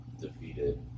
defeated